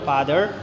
Father